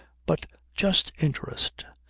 but just interest.